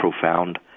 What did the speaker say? profound